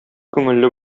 күңелле